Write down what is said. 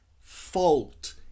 fault